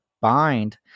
bind